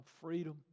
freedom